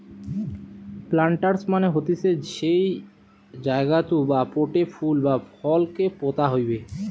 planters মানে হতিছে যেই জায়গাতু বা পোটে ফুল বা ফল কে পোতা হইবে